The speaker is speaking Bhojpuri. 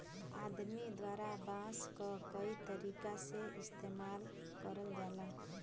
आदमी द्वारा बांस क कई तरीका से इस्तेमाल करल जाला